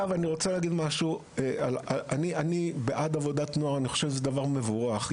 אני בעד עבודת נוער, זה דבר מבורך.